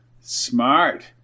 Smart